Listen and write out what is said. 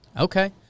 Okay